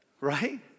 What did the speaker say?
right